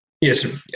yes